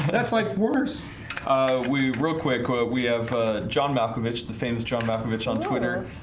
that's like worse we real quick we have john malkovich the famous john malkovich on twitter.